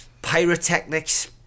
pyrotechnics